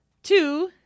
Two